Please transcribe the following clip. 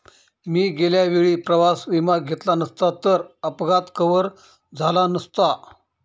मी गेल्या वेळी प्रवास विमा घेतला नसता तर अपघात कव्हर झाला नसता